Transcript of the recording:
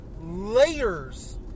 layers